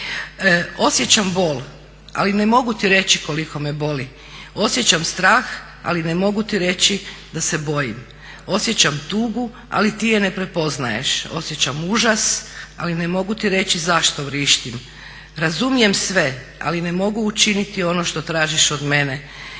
"Osjećam bol, ali ne mogu ti reći koliko me boli. Osjećam strah, ali ne mogu ti reći da se bojim. Osjećam tugu, ali ti je ne prepoznaješ. Osjećam užas, ali ne mogu ti reći zašto vrištim. Razumijem sve ali ne mogu učiniti ono što tražiš od mene.